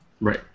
Right